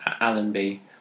Allenby